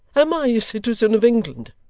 am i a citizen of england?